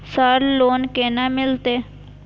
Sir loan केना मिलते?